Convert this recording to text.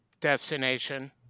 Destination